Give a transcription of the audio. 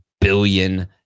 billion